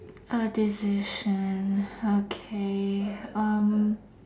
a decision okay um